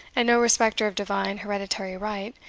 and no respecter of divine hereditary right,